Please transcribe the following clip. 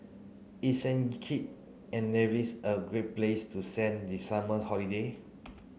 is Saint Kitts and Nevis a great place to send the summer holiday